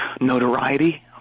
notoriety